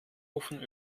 offen